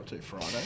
Friday